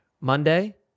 Monday